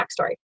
backstory